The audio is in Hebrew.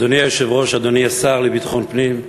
אדוני היושב-ראש, אדוני השר לביטחון פנים,